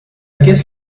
guess